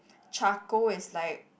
charcoal is like